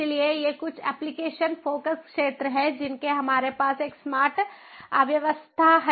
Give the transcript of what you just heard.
इसलिए ये कुछ एप्लिकेशन फोकस क्षेत्र हैं जिनकी हमारे पास एक स्मार्ट अर्थव्यवस्था है